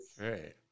Okay